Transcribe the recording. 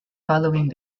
following